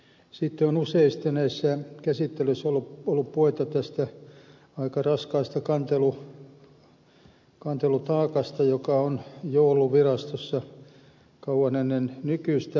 sitten on useasti näissä käsittelyissä ollut puhetta tästä aika raskaasta kantelutaakasta joka on jo ollut virastossa kauan ennen nykyistä oikeuskansleria